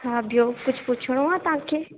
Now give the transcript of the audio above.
हा ॿियो कुझु पुछिणो आहे तव्हांखे